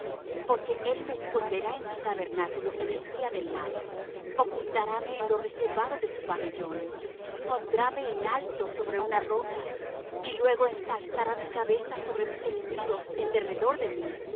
porque él me esconderá en su tabernáculo en el día del mal ocultaráme en lo reservado de su pabellón pondráme en alto sobre una roca y luego ensalzará mi cabeza sobre mis enemigos en derredor de mí